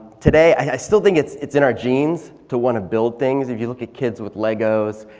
today i still think it's it's in our genes to want to build things. if you look at kids with legos.